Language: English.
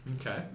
Okay